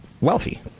wealthy